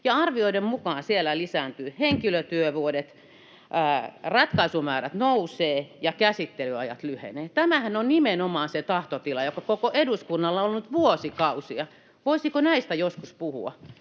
Arvioiden mukaan siellä lisääntyvät henkilötyövuodet ja ratkaisumäärät nousevat ja käsittelyajat lyhenevät. Tämähän on nimenomaan se tahtotila, joka koko eduskunnalla on ollut vuosikausia. Voisiko näistä joskus puhua?